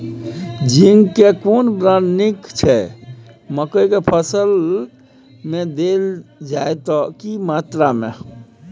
Zinc के केना brand नीक छैय मकई के फसल में देल जाए त की मात्रा में?